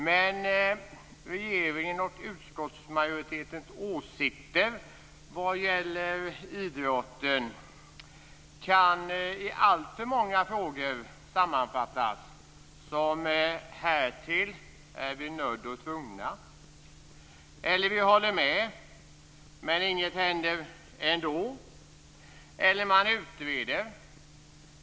Men regeringens och utskottsmajoritetens åsikter när det gäller idrotten kan i alltför många frågor sammanfattas med ord som "härtill är vi nödd och tvungna" eller "vi håller med, men inget händer ändå" eller "man utreder".